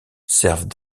servent